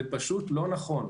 זה פשוט לא נכון.